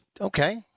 Okay